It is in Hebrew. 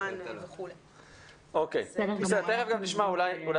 קרני, תודה.